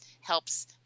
helps